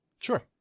Sure